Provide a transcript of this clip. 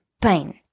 pain